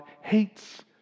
hates